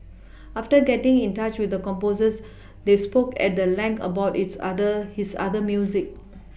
after getting in touch with the composers they spoke at the length about its other his other music